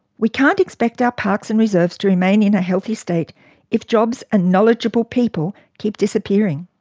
we can't expect our parks and reserves to remain in a heathy state if jobs and knowledgeable people keep disappearing.